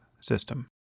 system